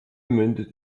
mündet